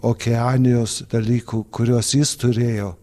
okeanijos dalykų kuriuos jis turėjo